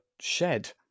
shed